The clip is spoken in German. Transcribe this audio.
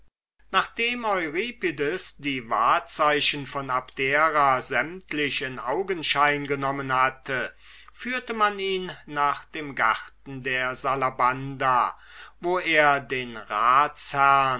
nachdem euripides die wahrzeichen von abdera sämtlich in augenschein genommen führte man ihn nach dem garten der salabanda wo er den